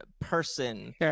person